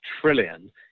trillion